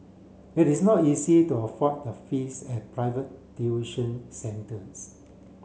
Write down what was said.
it is not easy to afford the fees at private tuition centres